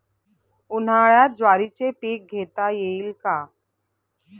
उन्हाळ्यात ज्वारीचे पीक घेता येईल का?